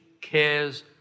cares